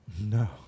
No